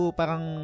parang